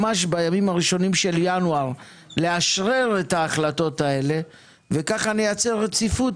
ממש בימים הראשונים של ינואר לאשרר את ההחלטות האלה וכך נייצר רציפות,